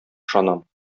ышанам